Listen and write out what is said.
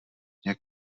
jak